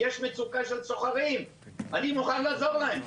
מצוקה של ראשי ערים ואני מוכן לעזור להם.